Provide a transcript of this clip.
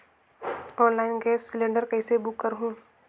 Online gas cylinder कइसे book करहु?